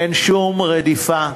אין שום רדיפה,